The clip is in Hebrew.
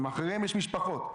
שמאחוריהם יש משפחות,